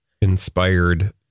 inspired